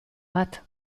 bat